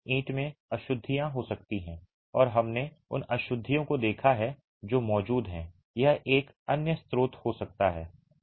ईंट में अशुद्धियाँ हो सकती हैं और हमने उन अशुद्धियों को देखा है जो मौजूद हैं यह एक अन्य स्रोत हो सकता है